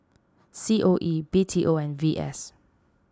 C O E B T O and V S